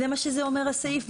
זה מה שזה אומר הסעיף?